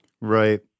Right